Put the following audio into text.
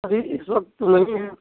अभी इस वक़्त नहीं है